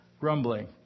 grumbling